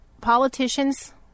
politicians